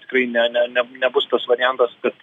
tikrai ne ne ne nebus tas variantas kad